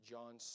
John